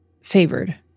favored